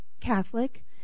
Catholic